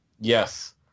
Yes